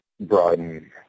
broaden